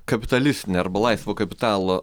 kapitalistinę arba laisvo kapitalo